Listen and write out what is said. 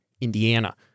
Indiana